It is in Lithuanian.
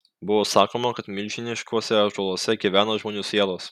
buvo sakoma kad milžiniškuose ąžuoluose gyvena žmonių sielos